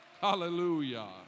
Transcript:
Hallelujah